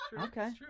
Okay